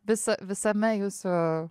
visa visame jūsų